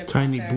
Tiny